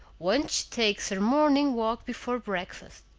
when she takes her morning walk before breakfast.